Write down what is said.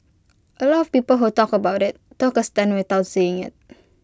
A lot of people who talked about IT took A stand without seeing IT